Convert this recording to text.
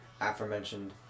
aforementioned